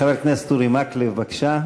חבר הכנסת אורי מקלב, בבקשה.